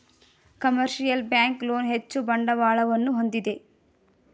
commercial bank loan ಹೆಚ್ಚು ಬಂಡವಾಳವನ್ನು ಹೊಂದಿದೆ